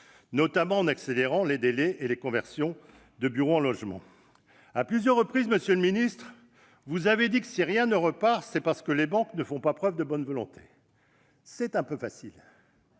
notamment en accélérant les délais et les conversions de bureaux en logements. Vous avez dit à plusieurs reprises, monsieur le ministre, que, si rien ne repart, c'est parce que les banques ne font pas preuve de bonne volonté. C'est un peu facile